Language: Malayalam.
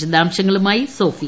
വിശദാംശങ്ങളുമായി സോഫിയ